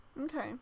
Okay